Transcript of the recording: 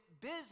busy